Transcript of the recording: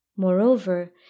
Moreover